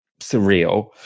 surreal